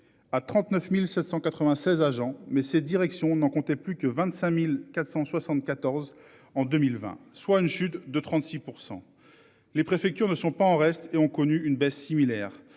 À 39.796 agents. Mais ces direction on n'en comptait plus que 25.474 en 2020, soit une chute de 36%. Les préfectures ne sont pas en reste et ont connu une baisse similaire.